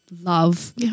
love